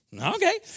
okay